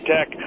Tech